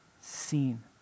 seen